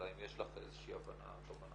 אלא אם יש לך איזושהי הבנה או תובנה.